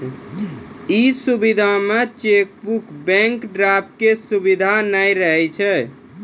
इ सुविधा मे चेकबुक, बैंक ड्राफ्ट के सुविधा नै रहै छै